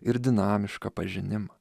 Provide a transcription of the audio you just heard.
ir dinamišką pažinimą